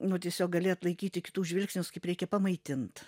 nu tiesiog gali atlaikyti kitų žvilgsnius kaip reikia pamaitint